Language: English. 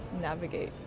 navigate